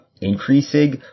increasing